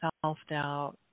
self-doubt